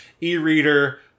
e-reader